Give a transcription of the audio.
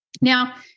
Now